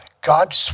God